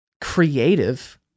creative